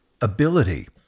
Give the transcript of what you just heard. ability